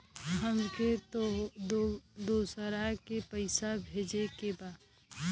हमके दोसरा के पैसा भेजे के बा?